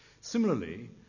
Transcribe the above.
Similarly